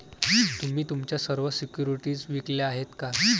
तुम्ही तुमच्या सर्व सिक्युरिटीज विकल्या आहेत का?